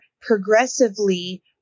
progressively